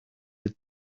that